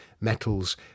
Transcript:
metals